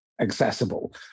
accessible